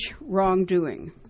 wrongdoing